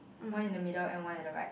one in the middle and one at the right